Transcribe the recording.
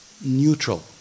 neutral